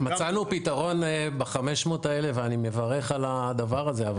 מצאנו פתרון ב-500 האלה, ואני מברך על הדבר הזה.